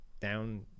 down